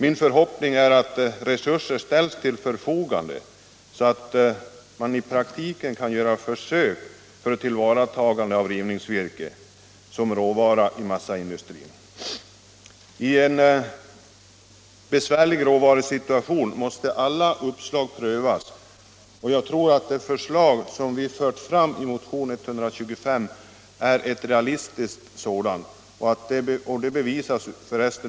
Min förhoppning är att resurser ställs till förfogande, så att praktiska försök kan göras när det gäller tillvaratagande av rivningsvirke som råvara i massaindustrin. I en besvärlig råvarusituation måste alla uppslag prövas, och jag tror att det förslag som vi fört fram i motionen 125 är realistiskt. Det bevisas f.ö.